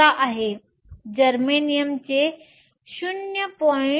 11 आहे जर्मेनियमचे 0